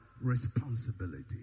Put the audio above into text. responsibility